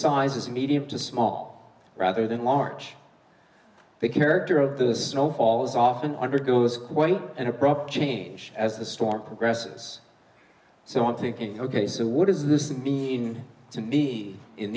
size is medium to small rather than large the character of the snow falls off and undergoes quite an abrupt change as the storm progresses so i'm thinking ok so what does this mean to be in